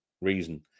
reason